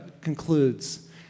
concludes